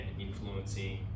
influencing